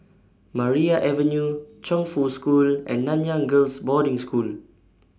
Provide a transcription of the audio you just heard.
Maria Avenue Chongfu School and Nanyang Girls' Boarding School